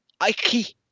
Aiki